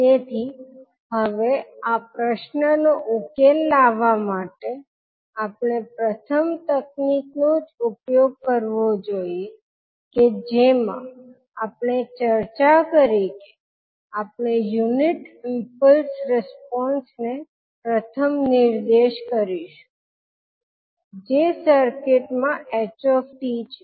તેથી હવે આ પ્રશ્નનો ઉકેલ લાવવા માટે આપણે પ્રથમ તકનીકનો જ ઉપયોગ કરવો જોઇએ કે જેમાં આપણે ચર્ચા કરી કે આપણે યુનિટ ઈમ્પલ્સ રિસ્પોન્સ ને પ્રથમ નિર્દેશ કરીશું જે સર્કિટમાં h𝑡 છે